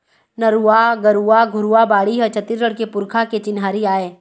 नरूवा, गरूवा, घुरूवा, बाड़ी ह छत्तीसगढ़ के पुरखा के चिन्हारी आय